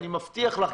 אני מבטיח לך,